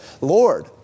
Lord